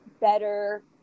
better